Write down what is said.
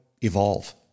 evolve